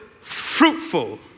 fruitful